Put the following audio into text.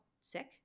sick